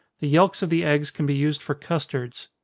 the yelks of the eggs can be used for custards.